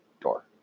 door